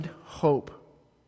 hope